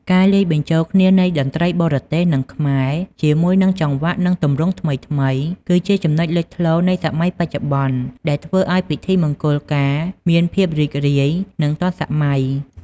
ការលាយបញ្ចូលគ្នានៃតន្ត្រីបរទេស និងខ្មែរ ជាមួយនឹងចង្វាក់ និងទម្រង់ថ្មីៗ គឺជាចំណុចលេចធ្លោនៃសម័យបច្ចុប្បន្ន ដែលធ្វើឲ្យពិធីមង្គលការមានភាពរីករាយ និងទាន់សម័យ។